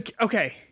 Okay